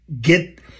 get